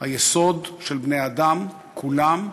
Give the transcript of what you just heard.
היסוד של בני-האדם כולם,